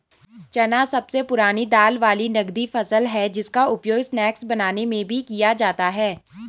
चना सबसे पुरानी दाल वाली नगदी फसल है जिसका उपयोग स्नैक्स बनाने में भी किया जाता है